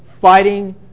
Fighting